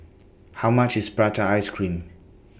How much IS Prata Ice Cream